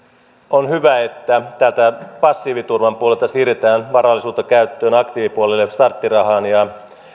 on hyvä että passiiviturvan puolelta siirretään varallisuutta käyttöön aktiivipuolelle starttirahaan ja